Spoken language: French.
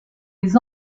les